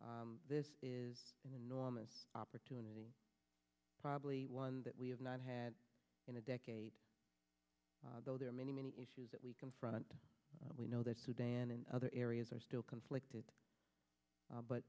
you this is an enormous opportunity probably one that we have not had in a decade though there are many many issues that we confront we know that sudan and other areas are still conflicted